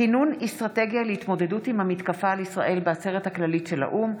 כינון אסטרטגיה להתמודדות עם המתקפה על ישראל בעצרת הכללית של האו"ם.